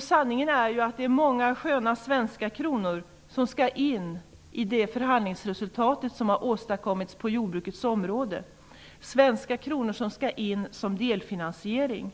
Sanningen är att många sköna svenska kronor krävs för att uppnå det förhandlingsresultat som har åstadkommits på jordbrukets område. De svenska kronorna skall in som delfinansiering.